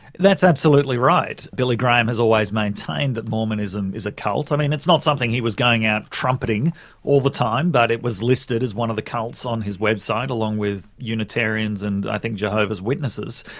that's absolutely right. billy graham has always maintained that mormonism is a cult. i mean it's not something he was going out trumpeting all the time. but it was listed as one of the cults on his website along with unitarians and i think, jehovah's witnesses.